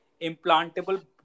implantable